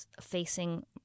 facing